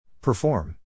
Perform